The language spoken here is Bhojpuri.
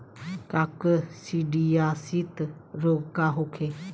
काकसिडियासित रोग का होखे?